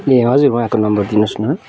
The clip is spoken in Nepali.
ए हजुर उहाँको नम्बर दिनुहोस् न